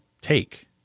take